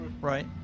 Right